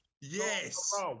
Yes